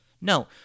No